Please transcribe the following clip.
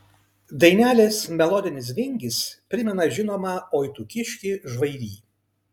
dainelės melodinis vingis primena žinomą oi tu kiški žvairy